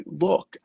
look